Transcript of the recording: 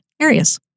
areas